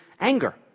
anger